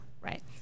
right